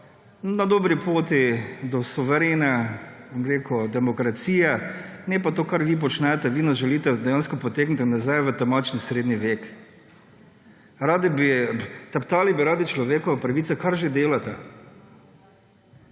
na dobri poti do suverene demokracije. Ne pa to, kar vi počnete. Vi nas želite dejansko potegniti nazaj v temačni srednji vek. Radi bi teptali človekove pravice, kar že delate.